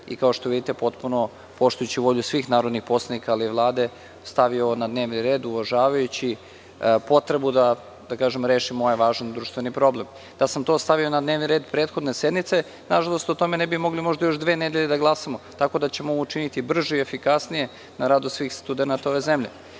Kao što vidite, potpuno poštujući volju svih narodnih poslanika a i Vlade, stavio sam na dnevni red, uvažavajući potrebu da rešimo ovaj važan društveni problem. Da sam to stavio na dnevni red prethodne sednice, nažalost o tome ne bi mogli možda još dve nedelje da glasamo. Tako da ćemo ovo učiniti brže i efikasnije na radost svih studenata ove zemlje. Što